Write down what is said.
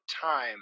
time